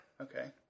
Okay